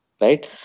right